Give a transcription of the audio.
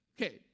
Okay